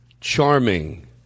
charming